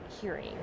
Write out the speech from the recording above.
hearing